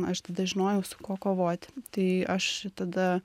aš tada žinojau su kuo kovoti tai aš tada